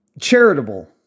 charitable